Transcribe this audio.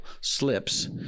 slips